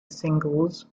singles